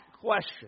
question